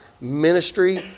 Ministry